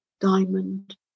diamond